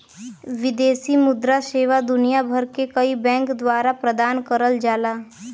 विदेशी मुद्रा सेवा दुनिया भर के कई बैंक द्वारा प्रदान करल जाला